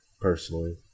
personally